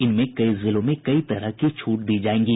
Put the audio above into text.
इनमें कई जिलों में कई तरह छूट दी जाएंगी